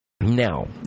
now